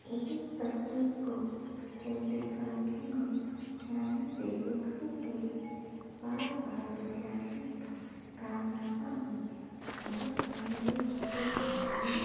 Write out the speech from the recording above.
ایک بچے کو چلتے پنکھے میں جانے سے روکنے کے لیے بال بال بچانے کا کارنامہ میں بہت قابل فخر رہا ہے